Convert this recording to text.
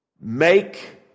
Make